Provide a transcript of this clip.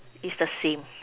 is the same